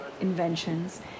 inventions